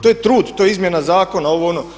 To je trud, to je izmjena zakona, ovo, ono.